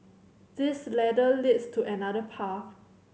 this ladder leads to another path